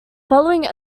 following